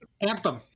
Anthem